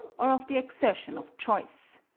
or of the exertion of choice.